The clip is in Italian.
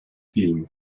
film